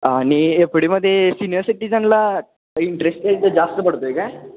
आणि एफडीमध्ये सिनियर सिटीजनला इंटरेस्ट तर जास्त पडतो आहे का